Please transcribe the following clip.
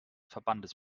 verbandes